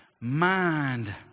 mind